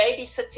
babysitting